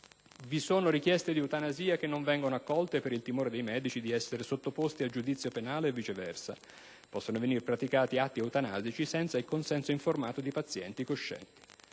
vi sono richieste di eutanasia che non vengono accolte per il timore dei medici di essere sottoposti a giudizio penale e viceversa, possono venir praticati atti eutanasici senza il consenso informato dei pazienti coscienti.